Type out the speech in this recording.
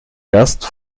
gast